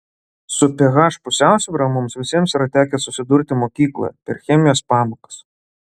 su ph pusiausvyra mums visiems yra tekę susidurti mokykloje per chemijos pamokas